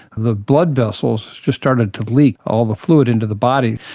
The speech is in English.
the blood vessels just started to leak all the fluid into the body.